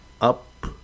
up